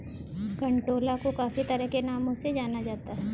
कंटोला को काफी तरह के नामों से जाना जाता है